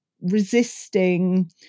resisting